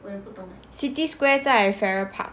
city square 在 farrer park